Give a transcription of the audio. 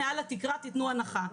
מעל התקרה תיתנו הנחה,